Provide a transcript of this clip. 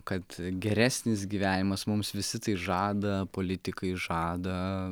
kad geresnis gyvenimas mums visi tai žada politikai žada